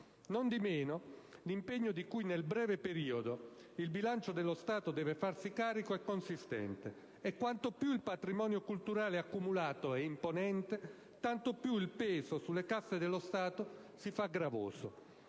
Nondimeno, l'impegno di cui nel breve periodo il bilancio dello Stato deve farsi carico è consistente. E quanto più il patrimonio culturale accumulato è imponente, tanto più il peso sulle casse dello Stato si fa gravoso.